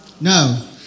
No